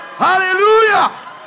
hallelujah